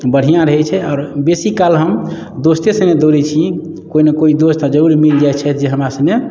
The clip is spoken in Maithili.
बढ़िऑं रहै छै आओर बेसी काल हम दोस्ते सँगे दौड़ै छी कोइ नहि कोइ दोस्त जरूर मिल जाइ छथि जे हमरा सँगे